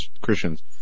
Christians